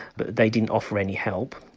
but they didn't offer any help.